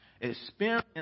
experience